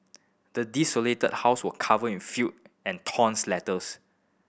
the desolated house was covered in filth and torn letters